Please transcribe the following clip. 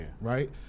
Right